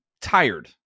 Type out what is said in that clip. tired